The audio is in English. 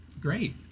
great